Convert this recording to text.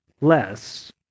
less